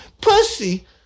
pussy